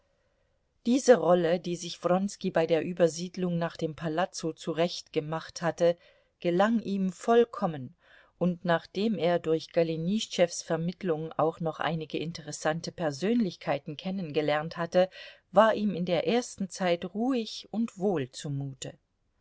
diese rolle die sich wronski bei der übersiedlung nach dem palazzo zurechtgemacht hatte gelang ihm vollkommen und nachdem er durch golenischtschews vermittlung auch noch einige interessante persönlichkeiten kennengelernt hatte war ihm in der ersten zeit ruhig und wohl zumute